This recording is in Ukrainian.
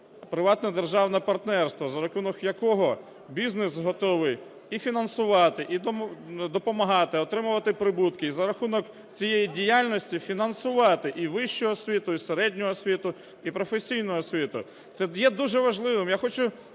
приватне державне партнерство, за рахунок якого бізнес готовий і фінансувати, і допомагати отримувати прибутки, і за рахунок цієї діяльності фінансувати і вищу освіту, і середню освіту, і професійну освіту. Це є дуже важливим.